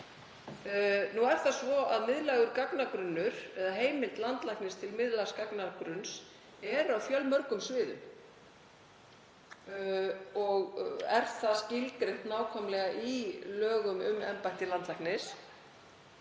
þessum hætti. Miðlægur gagnagrunnur eða heimild landlæknis til miðlægs gagnagrunns er á fjölmörgum sviðum og er það skilgreint nákvæmlega í lögum um embætti landlæknis.